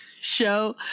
show